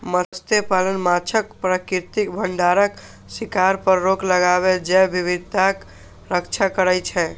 मत्स्यपालन माछक प्राकृतिक भंडारक शिकार पर रोक लगाके जैव विविधताक रक्षा करै छै